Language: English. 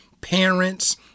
parents